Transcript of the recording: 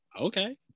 okay